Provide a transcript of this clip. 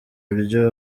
biryo